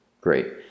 Great